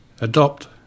adopt